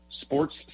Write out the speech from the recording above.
sports